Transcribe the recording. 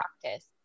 practice